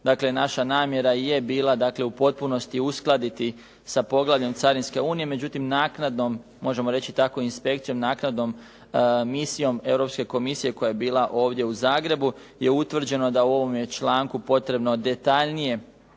Dakle, naša namjera je bila u potpunosti uskladiti sa poglavljem Carinske unije, međutim naknadnom, možemo reći tako inspekcijom, naknadnom misijom Europske komisije koja je bila ovdje u Zagrebu je utvrđeno da u ovome je članku potrebno detaljnije